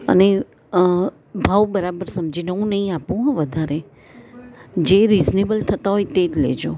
અને ભાવ બરાબર સમજીને હું નહી હ આપું વધારે જે રિઝનેબલ થતાં હોય તે જ લેજો